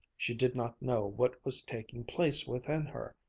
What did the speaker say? she did not know what was taking place within her,